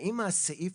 האם הסעיף,